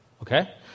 okay